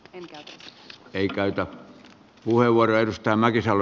enkelit ei käytä puhe vuodelta mäkisalo